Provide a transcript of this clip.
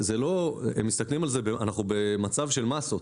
אנחנו במצב של מסות